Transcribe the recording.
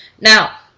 Now